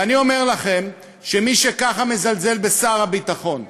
אני אומר לכם שמי שככה מזלזל בשר הביטחון,